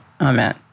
Amen